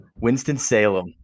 Winston-Salem